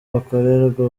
bakorerwa